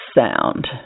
sound